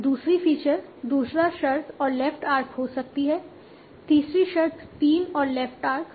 दूसरी फीचर दूसरा शर्त और लेफ्ट आर्क हो सकती है तीसरी शर्त तीन और लेफ्ट आर्क हां